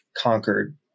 conquered